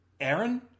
Aaron